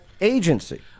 agency